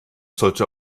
sollte